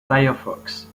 firefox